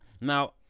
Now